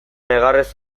negarrez